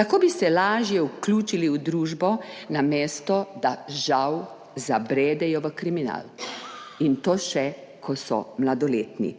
Tako bi se lažje vključili v družbo, namesto da, žal, zabredejo v kriminal, in to takrat, ko so še mladoletni.